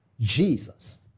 Jesus